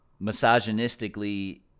misogynistically